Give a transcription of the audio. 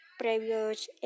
previous